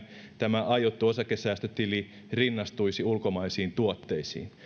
tämä aiottu osakesäästötili rinnastuisi ulkomaisiin tuotteisiin